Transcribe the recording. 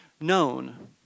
known